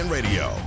Radio